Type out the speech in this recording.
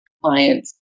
clients